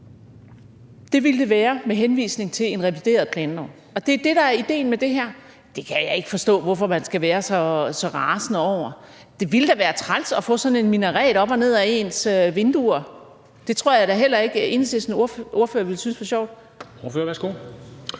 Det ville det være med henvisning til en revideret planlov, og det er det, der er idéen med det her. Og det kan jeg ikke forstå hvorfor man skal være så rasende over. Det ville da være træls at få sådan en minaret op og ned ad ens vinduer. Det tror jeg da heller ikke at Enhedslistens ordfører ville synes var sjovt. Kl.